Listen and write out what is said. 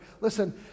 Listen